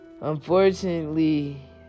Unfortunately